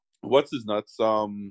what's-his-nuts